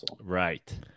Right